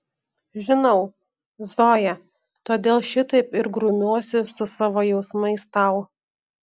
žinau zoja todėl šitaip ir grumiuosi su savo jausmais tau